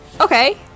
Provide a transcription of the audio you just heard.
Okay